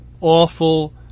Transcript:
awful